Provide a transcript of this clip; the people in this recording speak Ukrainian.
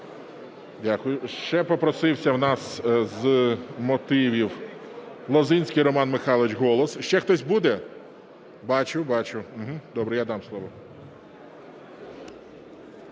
Дякую. Ще попросився в нас з мотивів Лозинський Роман Михайлович, "Голос". Ще хтось буде? Бачу, добре, я дам слово.